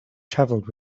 travelled